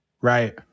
right